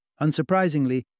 Unsurprisingly